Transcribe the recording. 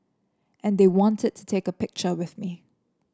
and they wanted to take a picture with me